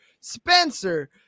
Spencer